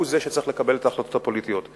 הוא זה שצריך לקבל את ההחלטות הפוליטיות.